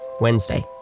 Wednesday